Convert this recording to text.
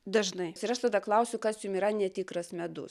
dažnai ir aš tada klausiu kas jum yra netikras medus